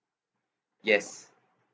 yes